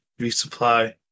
resupply